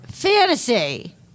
fantasy